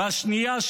והשנייה,